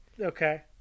Okay